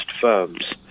firms